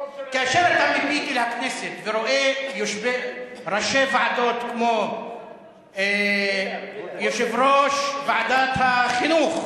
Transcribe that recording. כאשר אתה מביט אל הכנסת ורואה ראשי ועדות כמו יושב-ראש ועדת החינוך,